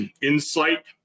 insight